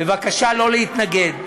בבקשה לא להתנגד.